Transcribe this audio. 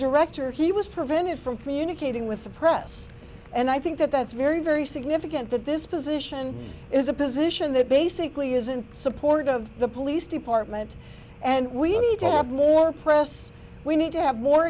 irector he was prevented from communicating with the press and i think that that's very very significant that this position is a position that basically is in support of the police department and we need more press we need to have more